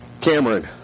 Cameron